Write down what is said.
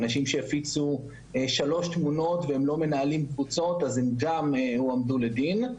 אנשים שהפיצו שלוש תמונות והם לא מנהלים קבוצות אז הם גם הועמדו לדין.